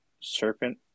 serpent